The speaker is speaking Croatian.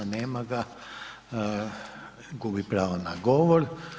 Nema ga, gubi pravo na govor.